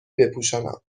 بپوشانم